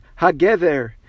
hagever